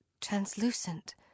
translucent